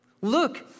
Look